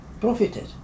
profited